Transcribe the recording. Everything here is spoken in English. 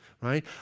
right